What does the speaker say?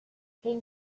came